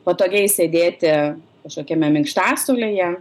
patogiai sėdėti kažkokiame minkštasuolyje